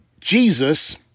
Jesus